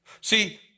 See